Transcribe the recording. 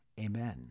Amen